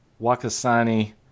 Wakasani